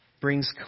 brings